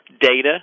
data